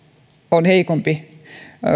on heikompi